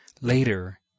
Later